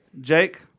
Jake